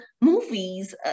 movies